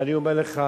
ואני אומר לך: